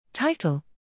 Title